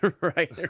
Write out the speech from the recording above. right